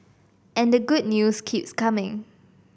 and the good news keeps coming